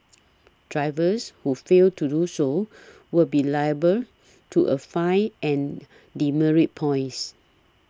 drivers who fail to do so will be liable to a fine and demerit points